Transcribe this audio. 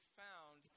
found